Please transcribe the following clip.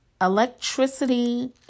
electricity